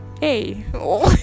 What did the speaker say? Hey